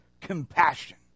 compassion